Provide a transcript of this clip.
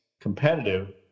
competitive